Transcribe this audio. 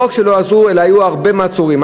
ולא רק שלא עזרו, אלא היו הרבה מעצורים.